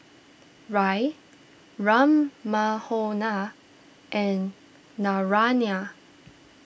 Raj Ram Manohar and Naraina